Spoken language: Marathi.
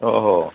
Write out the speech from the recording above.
हो हो